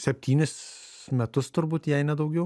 septynis metus turbūt jei nedaugiau